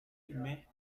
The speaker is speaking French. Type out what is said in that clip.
mais